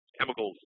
chemicals